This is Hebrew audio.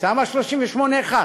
ותמ"א 38/1,